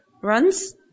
runs